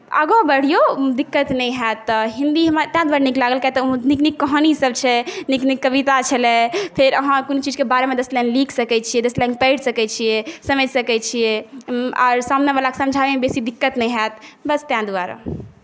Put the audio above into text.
आगाँ बढ़िऔ दिक्कत नहि होयत तऽ हिन्दी हमरा ताहि दुआरे नीक लागल कियातऽ ओहिमे नीक नीक कहानी सभ छै नीक नीक कविता छलै फेर अहाँ कोनो चीजकेँ बारेमे दश लाइन लिख सकै छी दश लाइन पढ़ि सकै छियै समझि सकै छियै आर सामने वलाके समझाबऽ मे बेसी दिक्कत नहि होयत बस तै दुआरे